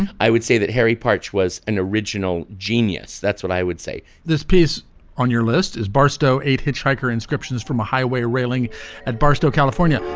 and i would say that harry park was an original genius that's what i would say this piece on your list is barstow eight hitchhiker inscriptions from a highway railing at barstow california.